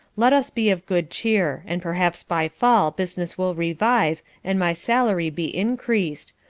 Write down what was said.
let us be of good cheer, and perhaps by fall business will revive and my salary be increased,